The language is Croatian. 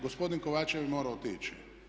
Gospodin Kovače je morao otići.